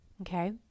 okay